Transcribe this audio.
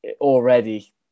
already